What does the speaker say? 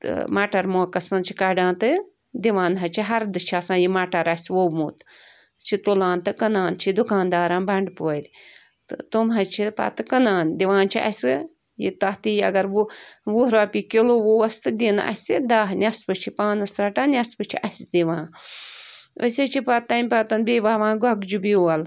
تہٕ مَٹر موقعَس منٛز چھِ کَڑان تہٕ دِوان حظ چھِ ہردٕ چھِ آسان یہِ مَٹر اسہِ وُومُت چھِ تُلان تہٕ کٕنان چھِ دُکان دارن بنٛڈٕ پورِ تہٕ تِم حظ چھِ پتہٕ کٕنان دِوان چھِ اسہِ یہِ تَتھ یِیٚیہِ اگر وُہ رۄپیہِ کِلو اوس تہٕ دِنۍ اسہِ دَہ نیٚصفہٕ چھِ پانس رَٹان نیٚصفہٕ چھِ اسہِ دِوان أسۍ حظ چھِ پَتہٕ تَمہِ پَتن بیٚیہِ وَوان گۄگجہِ بیول